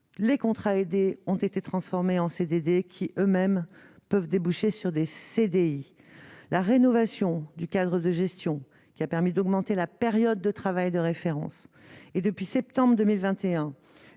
les contrats aidés ont été transformés en CDD, qui eux-mêmes peuvent déboucher sur des CDI, la rénovation du cadre de gestion qui a permis d'augmenter la période de travail de référence et depuis septembre 2021